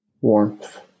warmth